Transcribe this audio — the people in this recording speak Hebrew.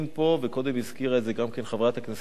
וקודם הזכירה את זה גם חברת הכנסת פניה קירשנבאום.